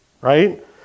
right